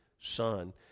son